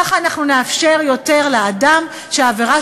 ככה אנחנו נאפשר יותר לאדם שהעבירה